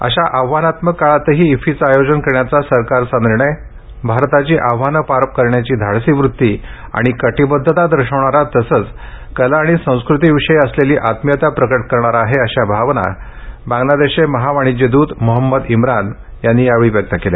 अशा आव्हानात्मक काळातही इफ्फीचे आयोजन करण्याचा सरकारचा निर्णय भारताची आव्हाने पार करण्याची धाडसी वृत्ती आणि कटीबद्धता दर्शवणारा तसेच कला आणि संस्कृतीविषयी असलेली आत्मीयता प्रकट करणारा आहे अशा भावना बांगलादेशचे महावाणिज्य द्रत मोहम्मद इम्रान यांनी यावेळी व्यक्त केल्या